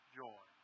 joy